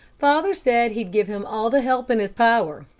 father said he'd give him all the help in his power,